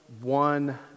one